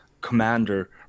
commander